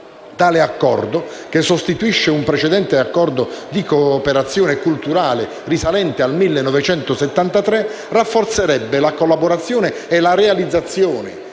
Tale Accordo, che sostituisce un precedente accordo di cooperazione culturale del 1973, rafforzerebbe la collaborazione e la realizzazione